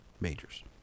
Majors